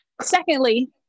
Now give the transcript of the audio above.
secondly